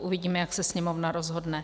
Uvidíme, jak se Sněmovna rozhodně.